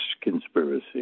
conspiracy